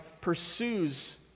pursues